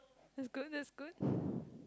that's good that's good